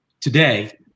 Today